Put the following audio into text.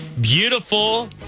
beautiful